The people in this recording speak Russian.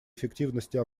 эффективности